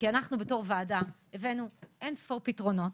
כי אנחנו בתור ועדה הבאנו אין-ספור פתרונות,